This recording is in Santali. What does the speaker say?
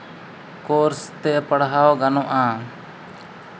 ᱠᱳᱨᱥ ᱛᱮ ᱯᱟᱲᱦᱟᱣ ᱜᱟᱱᱚᱜᱼᱟ